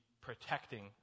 protecting